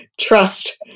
trust